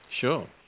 Sure